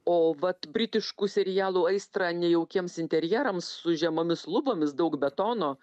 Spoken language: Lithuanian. o vat britiškų serialų aistra ne jaukiems interjerams su žemomis lubomis daug betono